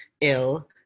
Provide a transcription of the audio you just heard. ill